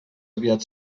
aviat